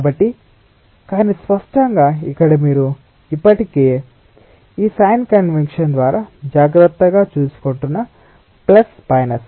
కాబట్టి కానీ స్పష్టంగా ఇక్కడ మీరు ఇప్పటికే ఈ సైన్ కన్వెన్షన్ ద్వారా జాగ్రత్తగా చూసుకుంటున్న ప్లస్ మైనస్